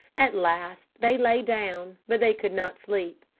at last they lay down, but they could not sleep.